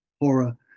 horror